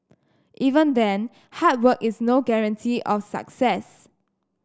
even then hard work is no guarantee of success